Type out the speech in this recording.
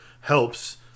helps